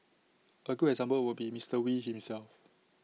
A good example would be Mister wee himself